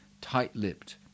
tight-lipped